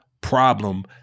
problem